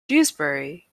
dewsbury